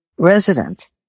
resident